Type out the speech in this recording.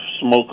smoke